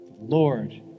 Lord